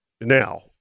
now